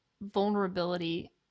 vulnerability